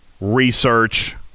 research